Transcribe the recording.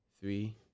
Three